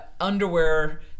underwear